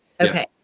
Okay